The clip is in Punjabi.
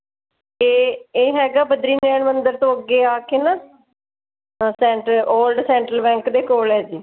ਇਹ ਇਹ ਹੈਗਾ ਬਦਰੀ ਨਰਾਇਣ ਮੰਦਰ ਤੋਂ ਅੱਗੇ ਆ ਕੇ ਨਾ ਸੈਂਟਰ ਓਲਡ ਸੈਂਟਰਲ ਬੈਂਕ ਦੇ ਕੋਲ ਹੈ ਜੀ